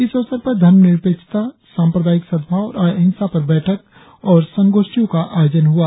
इस अवसर पर धर्मनिरपेक्षता सांप्रदायिक सद्भाव और अहिंसा पर बैठक और संगोष्टियों का आयोजन हुआ